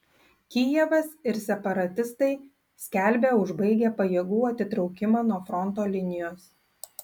kijevas ir separatistai skelbia užbaigę pajėgų atitraukimą nuo fronto linijos